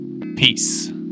Peace